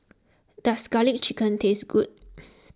does Garlic Chicken taste good